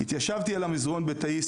התיישבתי על המזרון בתאי,